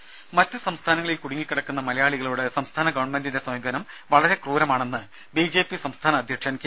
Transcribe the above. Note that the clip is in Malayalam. രുര മറ്റ് സംസ്ഥാനങ്ങളിൽ കുടുങ്ങിക്കിടക്കുന്ന മലയാളികളോട് സംസ്ഥാന ഗവൺമെന്റിന്റെ സമീപനം വളരെ ക്രൂരമാണെന്ന് ബിജെപി സംസ്ഥാന അധ്യക്ഷൻ കെ